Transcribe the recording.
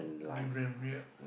give them yeah